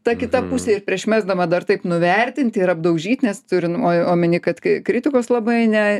ta kita pusė ir prieš mesdama dar taip nuvertinti ir apdaužyt nes turi o omeny kad kai kritikos labai ne